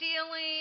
stealing